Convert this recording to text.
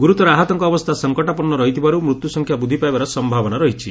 ଗୁରୁତର ଆହତଙ୍ଙ ଅବସ୍ତା ସଂକଟାପନୁ ରହିଥିବାରୁ ମୃତ୍ୟୁ ସଂଖ୍ୟା ବୃଦ୍ଧି ପାଇବାର ସଂଭାବନା ରହିଛି